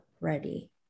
ready